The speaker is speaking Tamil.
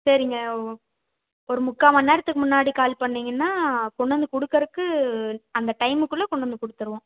சரிங்க ஒரு முக்கா மண் நேரத்துக்கு முன்னாடி கால் பண்ணிங்கன்னா கொண்டு வந்து கொடுக்கறக்கு அந்த டைமுக்குள்ளே கொண்டு வந்து கொடுத்துருவோம்